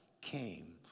came